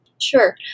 Sure